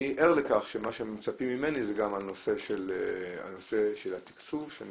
אני ער לכך שמה שמצפים ממני זה גם נושא התקצוב שאני